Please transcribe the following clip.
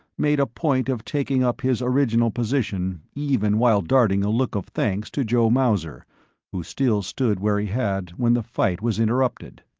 made a point of taking up his original position even while darting a look of thanks to joe mauser who still stood where he had when the fight was interrupted.